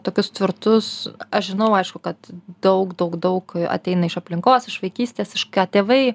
tokius tvirtus aš žinau aišku kad daug daug daug ateina iš aplinkos iš vaikystės iš ką tėvai